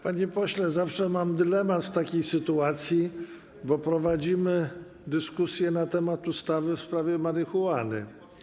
Panie pośle, zawsze mam dylemat w takiej sytuacji, bo prowadzimy dyskusję na temat ustawy w sprawie marihuany.